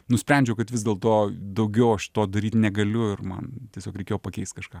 nusprendžiau kad vis dėlto daugiau aš to daryt negaliu ir man tiesiog reikėjo pakeist kažką